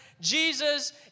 Jesus